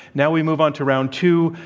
now we move on to round two,